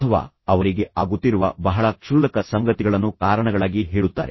ಅಥವಾ ಅವರಿಗೆ ಆಗುತ್ತಿರುವ ಬಹಳ ಕ್ಷುಲ್ಲಕ ಸಂಗತಿಗಳನ್ನು ಕಾರಣಗಳಾಗಿ ಹೇಳುತ್ತಾರೆ